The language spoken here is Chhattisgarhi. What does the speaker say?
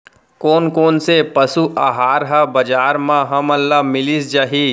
कोन कोन से पसु आहार ह बजार म हमन ल मिलिस जाही?